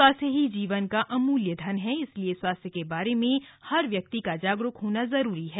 स्वास्थ्य ही जीवन का अमूल्य धन है इसलिए स्वास्थ्य के बारे में हर व्यक्ति का जागरूक होना जरूरी है